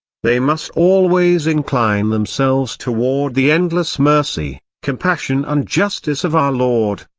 they must always incline themselves toward the endless mercy, compassion and justice of our lord,